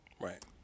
Right